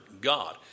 God